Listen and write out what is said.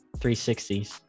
360s